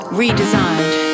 redesigned